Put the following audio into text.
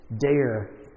dare